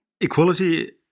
Equality